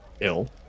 ill